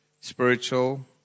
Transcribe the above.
spiritual